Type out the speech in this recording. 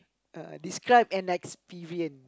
uh describe an experience